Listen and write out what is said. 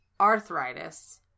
arthritis